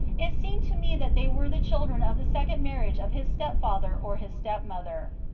it seemed to me that they were the children of the second marriage of his step-father or his step-mother.